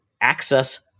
access